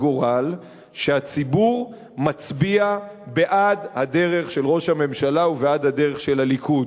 גורל שהציבור מצביע בעד הדרך של ראש הממשלה ובעד הדרך של הליכוד,